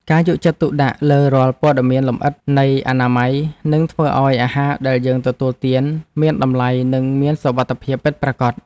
ការយកចិត្តទុកដាក់លើរាល់ព័ត៌មានលម្អិតនៃអនាម័យនឹងធ្វើឱ្យអាហារដែលយើងទទួលទានមានតម្លៃនិងមានសុវត្ថិភាពពិតប្រាកដ។